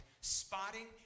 spotting